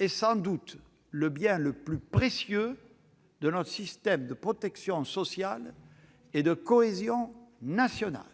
est sans doute le bien le plus précieux de notre système de protection sociale et de cohésion nationale.